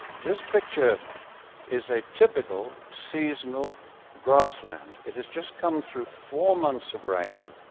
this picture is a typical seasonal grassland. it has just come through four months of rain,